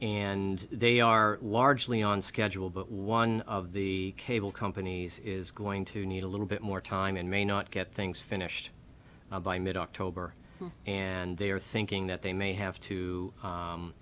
and they are largely on schedule but one of the cable companies is going to need a little bit more time and may not get things finished by mid october and they are thinking that they may have to